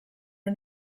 are